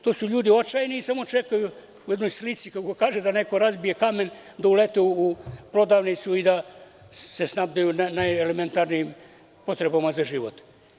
To su ljudi očajni, samo čekaju u jednoj slici da neko razbije kamen, da ulete u prodavnicu i da se snabdeju najelementarnijim potrebama za život.